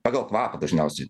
pagal kvapą dažniausiai